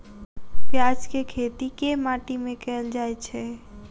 प्याज केँ खेती केँ माटि मे कैल जाएँ छैय?